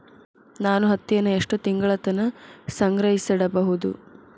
ನಾನು ಹತ್ತಿಯನ್ನ ಎಷ್ಟು ತಿಂಗಳತನ ಸಂಗ್ರಹಿಸಿಡಬಹುದು?